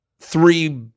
three